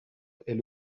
est